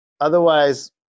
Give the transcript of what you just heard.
Otherwise